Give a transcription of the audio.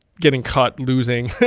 getting caught losing.